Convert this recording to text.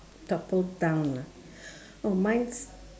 topple down ah oh mine